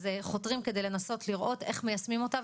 חותרים כדי לנסות לראות איך מיישמים אותם,